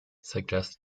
suggests